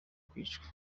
kwicwa